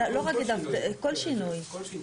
כל שינוי.